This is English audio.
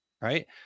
right